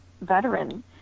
veteran